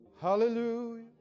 Hallelujah